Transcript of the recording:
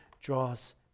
draws